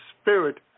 spirit